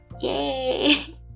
Yay